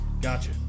Gotcha